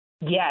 Yes